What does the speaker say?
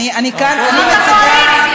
רבותי,